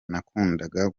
nakundaga